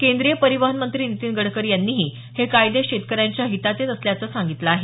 केंद्रीय परिवहन मंत्री नितीन गडकरी यांनीही हे कायदे शेतकऱ्यांच्या हिताचेच असल्याचं सांगितलं आहे